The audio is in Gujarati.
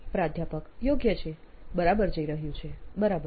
પ્રાધ્યાપક યોગ્ય છે બરાબર જઈ રહ્યું છે બરાબર